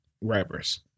rappers